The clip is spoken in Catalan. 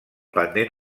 pendent